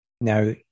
Now